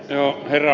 herra puhemies